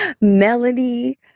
Melody